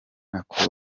nako